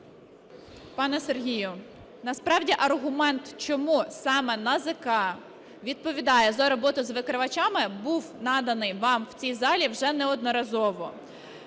Пане Сергію, насправді аргумент, чому саме НАЗК відповідає за роботу з викривачами, був наданий вам в цій залі вже неодноразово.